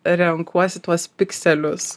renkuosi tuos pikselius